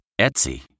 Etsy